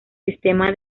sistema